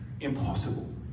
impossible